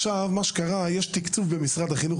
יש תקצוב במשרד החינוך,